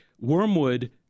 Wormwood